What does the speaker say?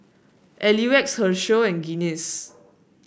L U X Herschel and Guinness